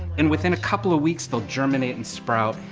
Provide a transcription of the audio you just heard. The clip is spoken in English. and within a couple of weeks they will germinate and sprout,